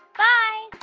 bye